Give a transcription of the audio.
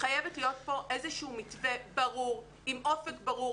חייב להיות פה איזה שהוא מתווה ברור עם אופק ברור,